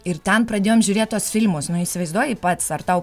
ir ten pradėjom žiūrėt filmus įsivaizduoji pats ar tau